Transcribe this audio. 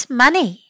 money